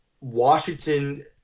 Washington